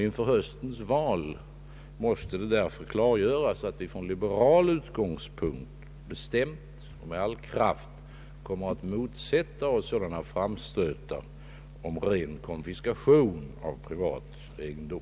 Inför höstens val måste det därför klargöras, att vi från liberal utgångspunkt bestämt och med all kraft kommer att motsätta oss sådana framstötar om ren konfiskation av privat egendom.